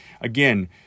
again